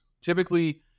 typically